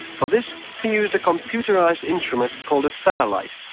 for this he used a computerized instrument called a fairlight.